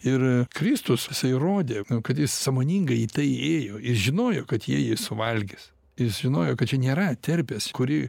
ir kristus jisai įrodė kad jis sąmoningai į tai ėjo jis žinojo kad jie jį suvalgys jis žinojo kad čia nėra terpės kuri